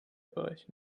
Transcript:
berechnet